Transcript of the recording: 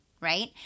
Right